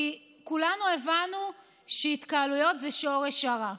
כי כולנו הבנו שהתקהלויות זה שורש הרע.